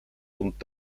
und